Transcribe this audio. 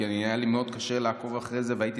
כי היה לי מאוד קשה לעקוב אחרי זה והייתי